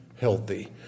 healthy